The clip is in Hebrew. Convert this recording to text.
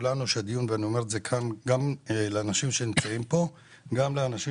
אומר את הדברים גם לאנשים שנמצאים כאן וגם לאנשים